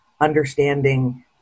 understanding